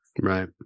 right